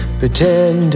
pretend